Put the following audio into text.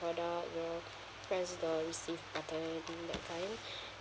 product you know press the received button that kind